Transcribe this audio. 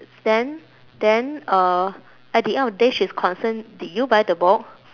then then uh at the end of the day she is concerned did you buy the book